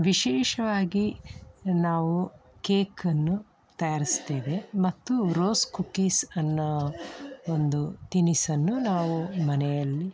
ವಿಶೇಷವಾಗಿ ನಾವು ಕೇಕನ್ನು ತಯಾರಿಸ್ತೇವೆ ಮತ್ತು ರೋಸ್ ಕುಕ್ಕೀಸ್ ಅನ್ನೋ ಒಂದು ತಿನಿಸನ್ನು ನಾವು ಮನೆಯಲ್ಲಿ